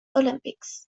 olympics